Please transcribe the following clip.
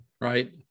Right